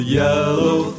yellow